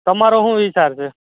તમારો શું વિચાર છે